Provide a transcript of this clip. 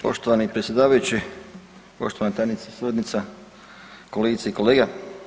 Poštovani predsjedavajući, poštovana tajnice sa suradnicom, kolegice i kolege.